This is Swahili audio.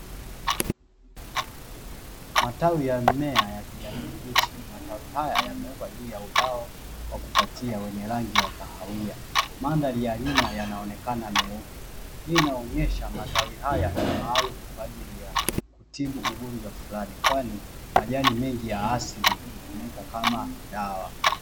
Matawi ya mmea ya kijani kibichi, matawi haya yamewekwa juu ya ubao wa kukatia wenye rangi ya kahawia. Mandhari ya nyuma yanaonekana meupe. Hii inaonyesha matawi haya ni maalumu kwa ajili ya kutibu ugonjwa fulani, kwani majani mengi ya asili hutumika kama dawa.